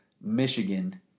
Michigan